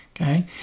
Okay